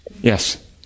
Yes